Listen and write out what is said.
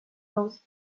those